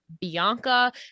Bianca